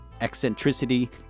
eccentricity